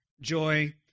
joy